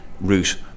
route